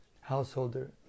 householder